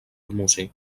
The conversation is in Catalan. músic